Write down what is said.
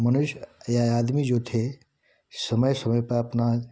मनुष्य या आदमी जो थे समय समय पर अपना